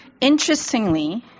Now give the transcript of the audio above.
interestingly